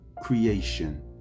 creation